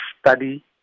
study